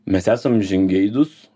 mes esam žingeidūs